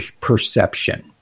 perception